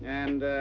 and